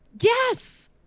yes